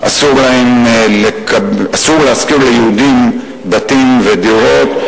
אסור להשכיר להם בתים ודירות.